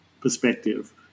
perspective